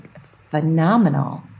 phenomenal